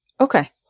Okay